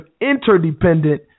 interdependent